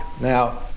Now